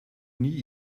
nie